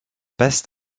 best